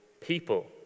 people